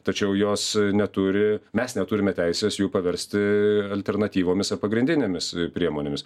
tačiau jos neturi mes neturime teisės jų paversti alternatyvomis ar pagrindinėmis priemonėmis